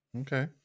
Okay